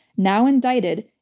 now indicted,